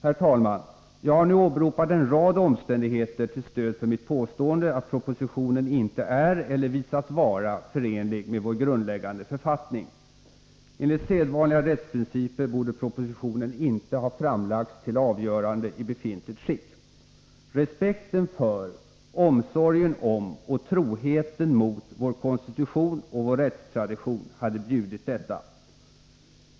Herr talman! Jag har nu åberopat en rad omständigheter till stöd för mitt påstående att propositionen icke är eller visats vara förenlig med vår grundläggande författning. Enligt sedvanliga rättsprinciper borde propositionen icke ha framlagts till avgörande i befintligt skick. Respekten för, omsorgen om, och troheten mot vår konstitution och vår rättstradition hade bjudit detta.